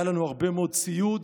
היה לנו הרבה מאוד ציוד,